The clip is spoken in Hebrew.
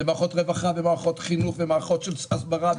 זה מערכות רווחה, מערכות חינוך ומערכות של הסברה.